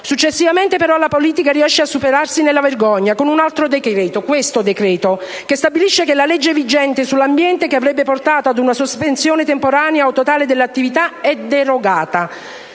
Successivamente però la politica riesce a superarsi nella vergogna con un altro decreto - questo decreto - che stabilisce che la legge vigente sull'ambiente, che avrebbe portato ad una sospensione temporanea o totale dell'attività, è derogata!